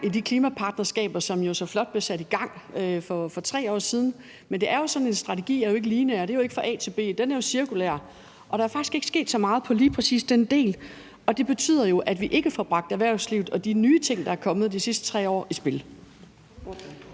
i de klimapartnerskaber, som så flot blev sat i gang for 3 år siden. Men det er jo sådan, at en strategi ikke er lineær; det er ikke fra A til B; den er jo cirkulær. Og der er faktisk ikke sket så meget på lige præcis den del, og det betyder jo, at vi ikke får bragt erhvervslivet og de nye ting, der er kommet de sidste 3 år, i spil.